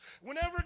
Whenever